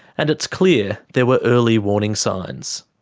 and it's clear there were early warning signs.